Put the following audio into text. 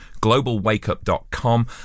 globalwakeup.com